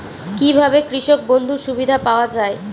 কি ভাবে কৃষক বন্ধুর সুবিধা পাওয়া য়ায়?